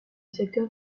secteur